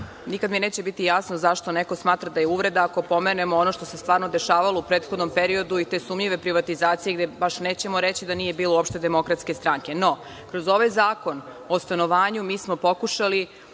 Nikad mi neće biti jasno zašto neko smatra da je uvreda ako pomenemo ono što se stvarno dešavalo u prethodnom periodu i te sumnjive privatizacije, gde baš nećemo reći da nije bilo uopšte DS-a.No, kroz ovaj zakon o stanovanju, mi smo pokušali